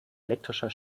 elektrischer